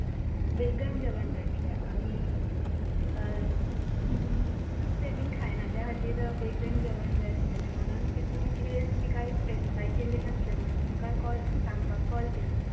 vegan जेवण जाय आसले आमी नुस्तें बीन खायना त्या खातीर वेगन जेवण जाय आसलेले म्हणून तितून कितें तुमी कांय स्पेसिफाय केल्लें नासले म्हणून तुमकां कॉल सांगपाक कॉल केल्लो